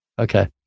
Okay